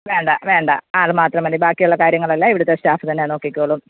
വേണ്ട വേണ്ട ആൾ മാത്രം മതി ബാക്കിയുള്ള കാര്യങ്ങളെല്ലാം ഇവിടത്തെ സ്റ്റാഫ് തന്നെ നോക്കിക്കോളും